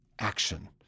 Action